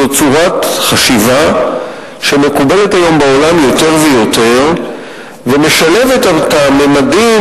זו צורת חשיבה שמקובלת היום בעולם יותר ויותר ומשלבת את הממדים